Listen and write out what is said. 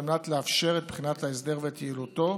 על מנת לאפשר את בחינת ההסדר ואת יעילותו,